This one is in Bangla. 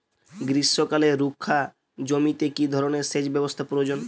গ্রীষ্মকালে রুখা জমিতে কি ধরনের সেচ ব্যবস্থা প্রয়োজন?